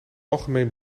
algemeen